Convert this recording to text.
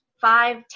five